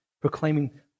proclaiming